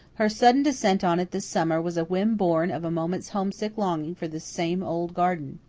her sudden descent on it this summer was a whim born of a moment's homesick longing for this same old garden.